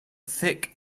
thick